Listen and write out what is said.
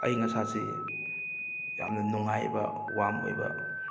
ꯑꯏꯪ ꯑꯁꯥꯁꯤ ꯌꯥꯝꯅ ꯅꯨꯡꯉꯥꯏꯕ ꯋꯥꯝ ꯑꯣꯏꯕ